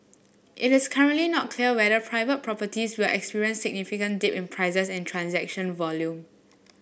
it is currently not clear whether private properties will experience significant dip in prices and transaction volume